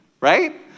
right